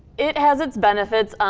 it has its benefits.